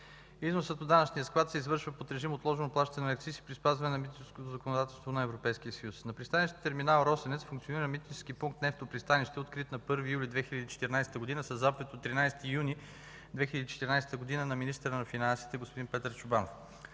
Износът от данъчния склад се извършва под режим „отложено плащане на акциз” и при спазване на митническото законодателство на Европейския съюз. На пристанищния терминал „Росенец” функционира митнически пункт „Нефтопристанище”, открит на 1 юли 2014 г. със заповед от 13 юни 2014 г. на министъра на финансите господин Петър Чобанов.